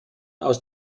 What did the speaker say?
aus